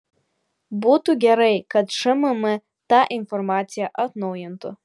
būtų gerai kad šmm tą informaciją atnaujintų